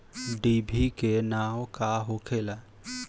डिभी के नाव का होखेला?